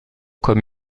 comme